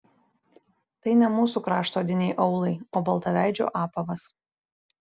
tai ne mūsų krašto odiniai aulai o baltaveidžių apavas